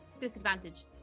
disadvantage